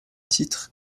titres